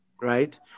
right